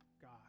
God